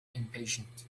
impatient